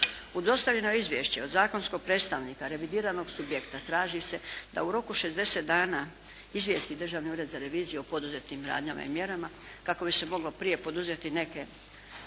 U dostavljeno izvješće od zakonskog predstavnika revidiranog subjekta traži se da u roku 60 dana izvijesti Državni ured za reviziju o poduzetim radnjama i mjerama kako bi se moglo prije poduzeti neke